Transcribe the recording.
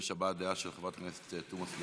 ויש הבעת דעה של חברת הכנסת תומא סלימאן.